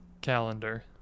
calendar